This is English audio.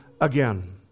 again